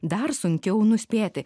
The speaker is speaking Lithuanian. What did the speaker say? dar sunkiau nuspėti